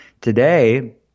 today